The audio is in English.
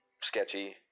sketchy